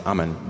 Amen